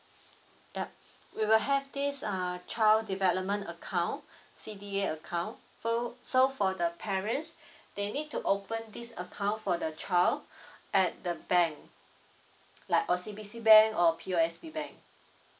yup we will have this uh child development account C_D_A account so for the parents they need to open this account for the child at the bank like O_C_B_C bank or P_O_S_B bank